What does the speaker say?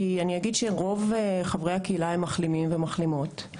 כי רוב חברי הקהילה הם מחלימים ומחלימות,